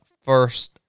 first